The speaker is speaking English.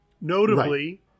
Notably